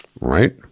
Right